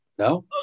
No